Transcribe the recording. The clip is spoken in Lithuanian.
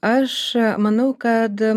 aš manau kad